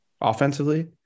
Offensively